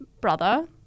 brother